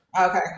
Okay